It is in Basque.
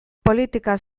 politika